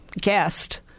guest